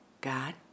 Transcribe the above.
God